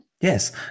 Yes